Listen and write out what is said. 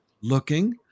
Looking